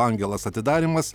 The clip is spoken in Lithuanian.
angelas atidarymas